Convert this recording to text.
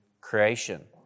creation